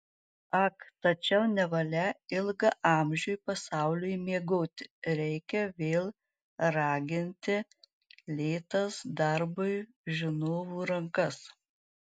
ak tačiau nevalia ilgaamžiui pasauliui miegoti reikia vėl raginti lėtas darbui žinovų rankas